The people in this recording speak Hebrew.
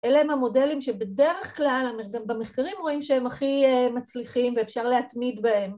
אלה הם המודלים שבדרך כלל גם במחקרים רואים שהם הכי מצליחים ואפשר להתמיד בהם